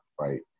right